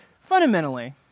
fundamentally